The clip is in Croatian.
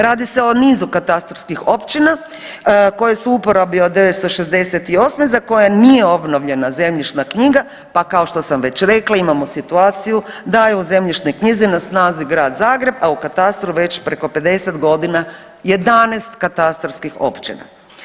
Radi se o nizu katastarskih općina koje su u uporabi od 1968. za koje nije obnovljena zemljišna knjiga pa kao što sam već rekla, imamo situaciju da je u zemljišnoj knjizi na snazi Grad Zagreb, a u katastru, već preko 50 godina 11 katastarskih općina.